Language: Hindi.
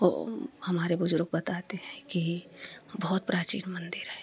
और हमारे बुजुर्ग बताते हैं कि बहुत प्राचीन मंदिर है